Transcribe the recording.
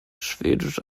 schwedisch